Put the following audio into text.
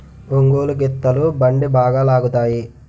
ఒంగోలు గిత్తలు బండి బాగా లాగుతాయి